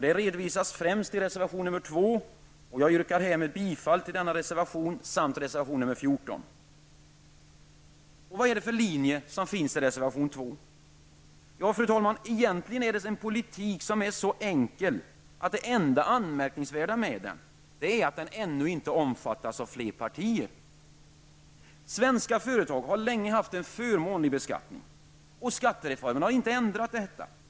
Detta redovisas främst i reservation 2, som jag härmed yrkar bifall till. Jag yrkar också bifall till reservation 14. Vad är det för linje som redovisas i reservation 2? Ja, egentligen gäller det en politik som är så enkel att det enda anmärkningsvärda med den är att den ännu inte omfattas av fler partier än vänsterpartiet. Svenska företag har ju länge haft en förmånlig beskattning, och skattereformen har inte inneburit någon ändring i det avseendet.